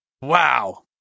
wow